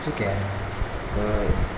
ठीक है तो